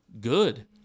good